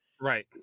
Right